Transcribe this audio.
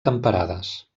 temperades